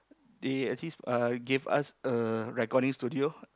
they actually s~ uh gave us a recording studio